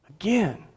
again